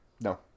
no